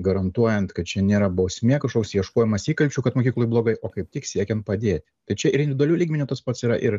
garantuojant kad čia nėra bausmė kažkoks ieškojimas įkalčių kad mokykloj blogai o kaip tik siekiant padėt tai čia ir individualiu lygmeniu tas pats yra ir